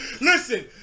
Listen